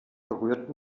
berührt